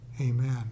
Amen